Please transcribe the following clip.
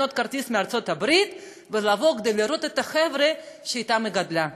לקנות כרטיס מארצות-הברית ולבוא כדי לראות את החבר'ה שאתם היא גדלה.